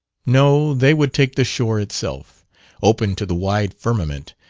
no, they would take the shore itself open to the wide firmament,